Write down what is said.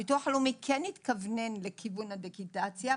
הביטוח הלאומי כן התכוונן לכיוון הדיגיטציה,